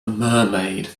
mermaid